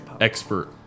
Expert